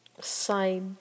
Side